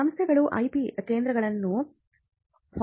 ಸಂಸ್ಥೆಗಳು ಐಪಿ ಕೇಂದ್ರಗಳನ್ನು ಹೊಂದಿದೆಯೇ